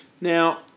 Now